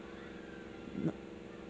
no